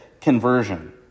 conversion